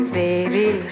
baby